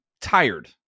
tired